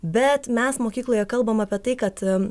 bet mes mokykloje kalbam apie tai kad